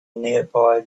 nearby